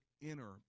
inner